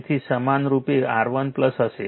તેથી સમાનરૂપે R1 હશે